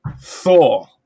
Thor